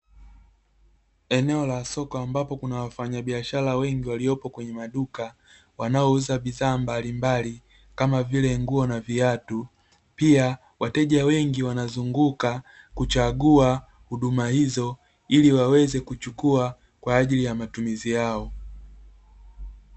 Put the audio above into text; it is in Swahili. Eneo la soko ambapo kuna wafanyabiashara wengi waliopo kwenye maduka, wanaouza bidhaa mbalimbali kama vile nguo na viatu. Pia, wateja wengi wanazunguka kuchagua huduma hizo ili waweze kuchukua kwa ajili ya matumizi yao.